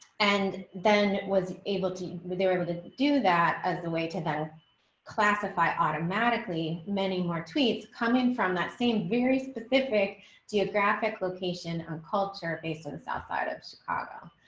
and then was able to they're able to do that as a way to classify automatically many more tweets coming from that same very specific geographic location on culture basis outside of chicago.